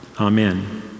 amen